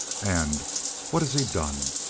and what has he done?